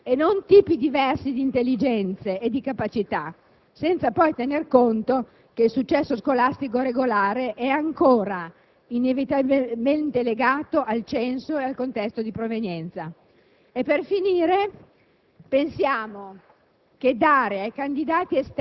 si premiano solo le carriere scolastiche regolari e diligenti e non tipi diversi di intelligenze e di capacità, senza tener conto che il successo scolastico regolare è ancora inevitabilmente legato al censo ed al contesto di provenienza.